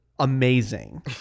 amazing